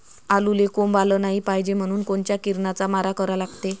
आलूले कोंब आलं नाई पायजे म्हनून कोनच्या किरनाचा मारा करा लागते?